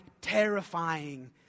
terrifying